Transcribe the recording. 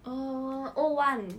err O one